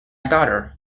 daughter